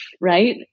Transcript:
Right